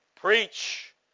preach